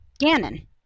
Ganon